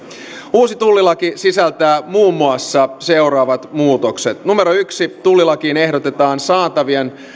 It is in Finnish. uusi tullilaki sisältää muun muassa seuraavat muutokset yksi tullilakiin ehdotetaan saatavien